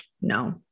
No